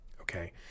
okay